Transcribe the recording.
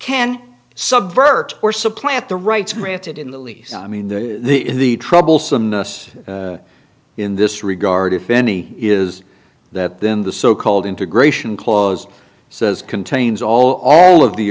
can subvert or supplant the rights granted in the lease i mean the the troublesome us in this regard if any is that then the so called integration clause says contains all all of the